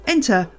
Enter